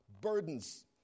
Burdens